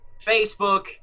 Facebook